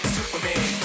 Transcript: Superman